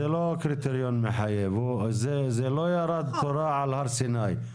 זאת לא קריטריון מחייב, זה לא תורה מהר סיני.